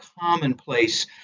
commonplace